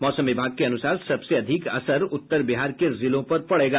मौसम विभाग के अनुसार सबसे अधिक असर उत्तर बिहार के जिलों पर पड़ेगा